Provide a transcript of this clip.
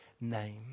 name